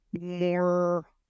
more